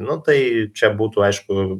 nu tai čia būtų aišku